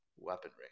weaponry